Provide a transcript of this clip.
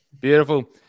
Beautiful